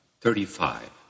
thirty-five